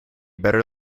better